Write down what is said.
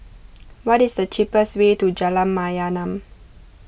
what is the cheapest way to Jalan Mayaanam